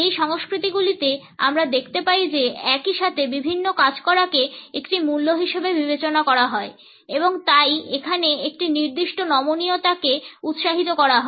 এই সংস্কৃতিগুলিতে আমরা দেখতে পাই যে একইসাথে বিভিন্ন কাজ করাকে একটি মূল্য হিসাবে বিবেচনা করা হয় এবং তাই এখানে একটি নির্দিষ্ট নমনীয়তাকে উৎসাহিত করা হয়